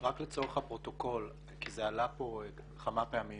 לצורך הפרוטוקול, כי זה עלה פה כמה פעמים